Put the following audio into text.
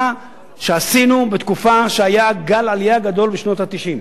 מה שעשינו בתקופה שהיה גל עלייה גדול בשנות ה-90.